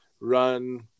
run